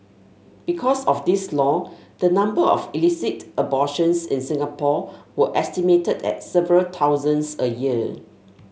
because of this law the number of illicit abortions in Singapore were estimated at several thousands a year